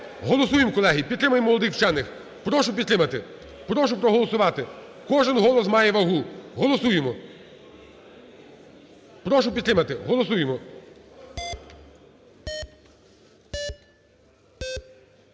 Голосуємо, колеги, підтримаємо молодих учених. Прошу підтримати, прошу проголосувати. Кожен голос має вагу. Голосуємо. Прошу підтримати. Голосуємо.